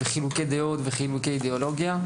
חילוקי דעות וחילוקי אידיאולוגיה,